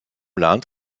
land